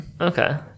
Okay